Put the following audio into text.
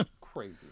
crazy